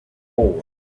forward